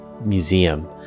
museum